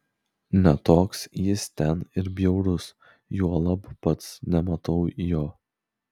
ne toks jis ten ir bjaurus juolab pats nematau jo